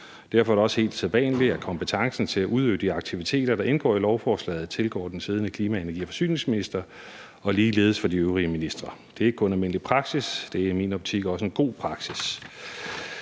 Derfor er det også helt sædvanligt, at kompetencen til at udøve de aktiviteter, der indgår i lovforslaget, tilgår den siddende klima-, energi- og forsyningsminister og ligeledes andre ministre, for så vidt angår de øvrige ministerområder. Det er ikke kun almindelig praksis, det er i min optik også en god praksis.